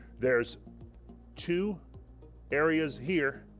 there's two areas here